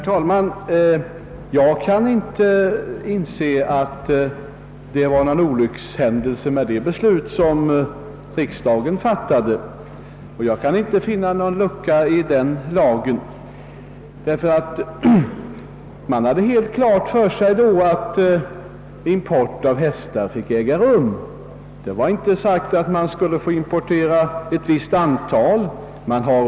Herr talman! Jag kan inte inse att det skedde någon olyckshändelse i och med det beslut riksdagen fattade och kan inte heller finna någon lucka i lagen. Det stod. vid tillfället i fråga helt klart att import av hästar fick äga rum och att det inte infördes någon bestämmelse om import av ett visst antal.